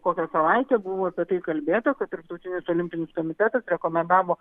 kokią savaitę buvo apie tai kalbėta kad tarptautinis olimpinis komitetas rekomendavo